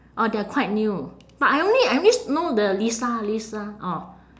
orh they are quite new but I only I only know the lisa lisa orh